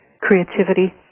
creativity